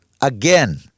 Again